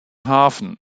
hafen